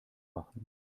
machen